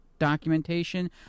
documentation